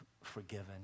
forgiven